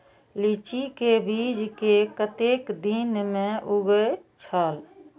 लीची के बीज कै कतेक दिन में उगे छल?